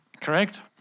correct